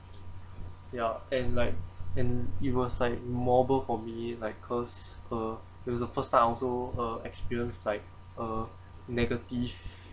ya and like and it was like memorable for me like cause uh it was the first time I also uh experienced like uh negative